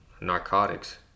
narcotics